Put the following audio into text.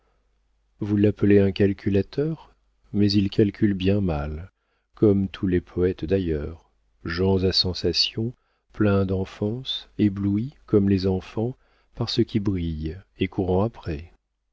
vous l'appelez un calculateur mais il calcule bien mal comme tous les poëtes d'ailleurs gens à sensations pleins d'enfance éblouis comme les enfants par ce qui brille et courant après